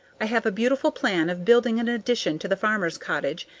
i have a beautiful plan of building an addition to the farmer's cottage,